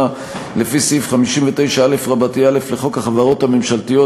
לפי סעיף 59א(א) לחוק החברות הממשלתיות,